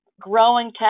growing